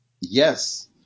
Yes